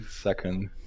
second